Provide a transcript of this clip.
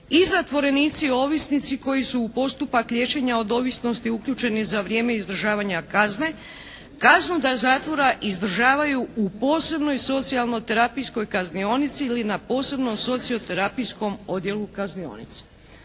i zatvorenici ovisnici koji su u postupak liječenja od ovisnosti uključeni za vrijeme izdržavanja kazne, kaznu da zatvora izdržavaju u posebnoj socijalnoterapijskoj kaznionici ili na posebnom socioterapijskom odjelu kaznionice."